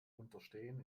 unterstehen